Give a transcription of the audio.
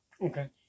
Okay